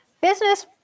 Business